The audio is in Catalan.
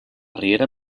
riera